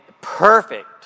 perfect